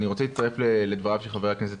אני רוצה להצטרף לדבריו של חבר הכנסת